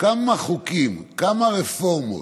כמה חוקים, כמה רפורמות,